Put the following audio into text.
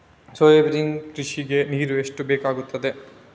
Soybean ಕೃಷಿಗೆ ನೀರು ಎಷ್ಟು ಬೇಕಾಗುತ್ತದೆ?